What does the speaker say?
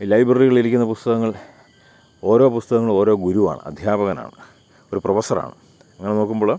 ഈ ലൈബ്രറികളിലിരിക്കുന്ന പുസ്തകങ്ങൾ ഓരോ പുസ്തകങ്ങളും ഓരോ ഗുരുവാണ് അധ്യാപകനാണ് ഒരു പ്രൊഫസറാണ് അങ്ങനെ നോക്കുമ്പോൾ